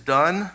done